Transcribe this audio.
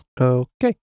Okay